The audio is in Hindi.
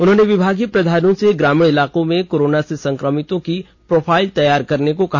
उन्होंने विभागीय प्रधानों से ग्रामीण इलाकों में कोरोना से संकमितों की प्रोफाइल तैयार करने को कहा